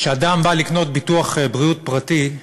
כשאדם בא לקנות ביטוח בריאות פרטי,